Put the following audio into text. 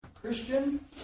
Christian